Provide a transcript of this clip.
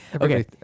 Okay